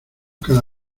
cada